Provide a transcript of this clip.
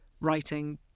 writing